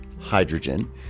hydrogen